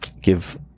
give